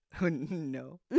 no